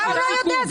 מה הוא לא יודע?